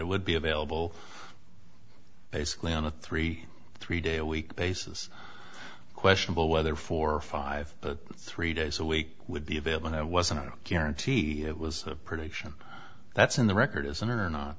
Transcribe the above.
it would be available basically on a three three day a week basis questionable whether four or five three days a week would be available that wasn't a guarantee it was pretty sure that's in the record isn't